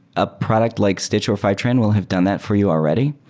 a product like stitch or fivetran will have done that for you already.